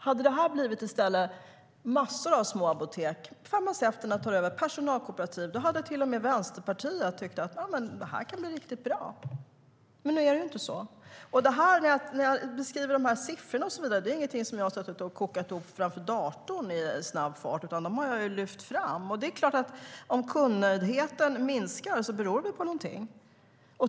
Hade det i stället blivit massor av småapotek där farmaceuterna tagit över i personalkooperativ hade till och med Vänsterpartiet tyckt att det kan bli riktigt bra. Men nu är det inte så. När jag beskriver siffrorna är det inte något som jag har suttit och kokat ihop framför datorn i snabb fart. Det har jag lyft fram. Om kundnöjdheten minskar beror det på någonting.